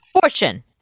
Fortune